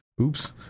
oops